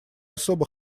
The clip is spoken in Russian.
особо